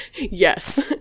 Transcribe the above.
Yes